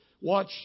Watch